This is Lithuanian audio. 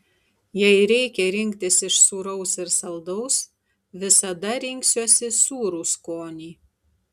jei reikia rinktis iš sūraus ir saldaus visada rinksiuosi sūrų skonį